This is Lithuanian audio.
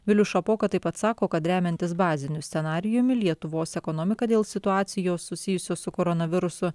vilius šapoka taip pat sako kad remiantis baziniu scenarijumi lietuvos ekonomika dėl situacijos susijusios su koronavirusu